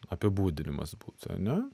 apibūdinimas būtų ane